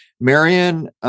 Marion